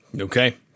Okay